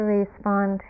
respond